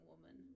woman